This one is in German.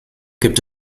gibt